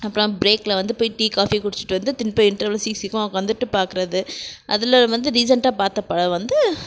அப்புறம் பிரேக்கில் வந்து போய் டீ காஃபி குடிச்சுட்டு வந்து திருப்பியும் இன்ட்ரவெலில் சீக்கிரமா உக்காந்துட்டு பாக்கிறது அதில் வந்து ரீசெண்டாக பார்த்த படம் வந்து